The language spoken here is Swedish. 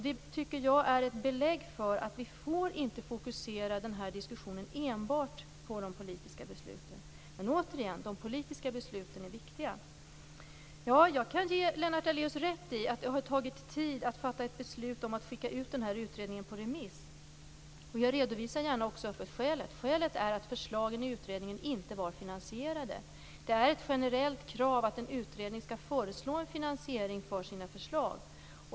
Detta tycker jag är ett belägg för att vi inte får fokusera denna diskussion enbart på de politiska besluten. Men återigen: De politiska besluten är viktiga. Jag kan ge Lennart Daléus rätt i att det har tagit tid att fatta ett beslut om att skicka ut denna utredning på remiss. Jag redovisar också gärna skälet till det. Skälet är att förslagen i utredningen inte var finansierade. Det är ett generellt krav att en utredning skall föreslå en finansiering för sina förslag.